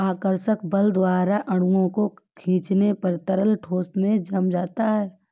आकर्षक बल द्वारा अणुओं को खीचने पर तरल ठोस में जम जाता है